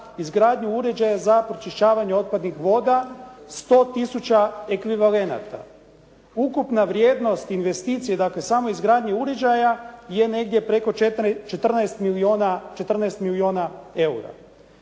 izgradnju uređaja za pročišćavanje otpadnih voda 100 tisuća ekvivalenata. Ukupna vrijednost investicije, dakle, same izgradnje uređaja je negdje preko 14 milijuna eura.